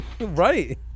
right